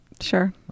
Sure